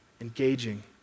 engaging